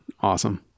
Awesome